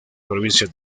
provincias